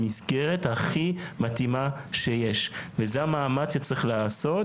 לנהל עליו דיון בנפרד כי זו באמת סוגיה שעוד יותר מורכבת,